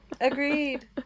Agreed